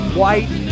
white